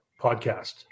podcast